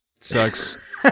Sucks